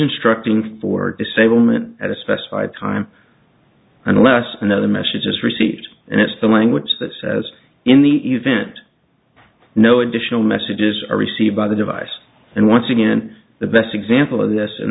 instructing for disablement at a specified time unless another message is received and it's the language that says in the event no additional messages are received by the device and once again the best example of this in